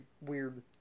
weird